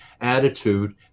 Attitude